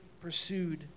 pursued